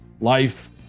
life